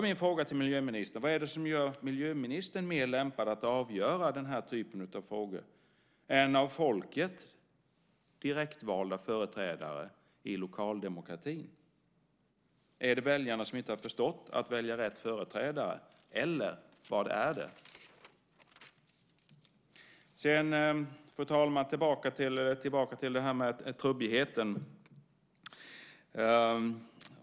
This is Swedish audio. Min fråga till miljöministern är: Vad är det som gör miljöministern mer lämpad att avgöra den här typen av frågor än av folket direktvalda företrädare i lokaldemokratin? Är det väljarna som inte har förstått att välja rätt företrädare, eller vad är det? Fru talman! Jag går tillbaka till trubbigheten.